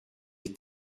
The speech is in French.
les